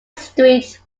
street